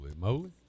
moly